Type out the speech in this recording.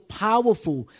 powerful